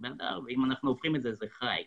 ואם אנחנו הופכים את זה זה ח"י.